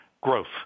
growth